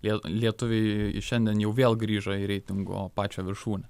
lie lietuviai šiandien jau vėl grįžo į reitingo pačią viršūnę